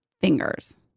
fingers